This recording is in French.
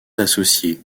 associé